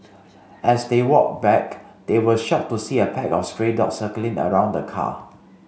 as they walked back they were shocked to see a pack of stray dogs circling around the car